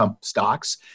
stocks